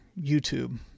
YouTube